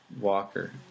Walker